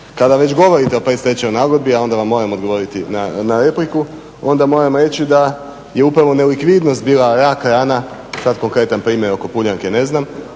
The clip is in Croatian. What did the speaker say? Kada već govorite o predstečajnoj nagodbi, a onda vam moram odgovoriti na repliku, onda moram reći da je upravo nelikvidnost bila rak rana, sada konkretan primjer oko Puljanke ne znam,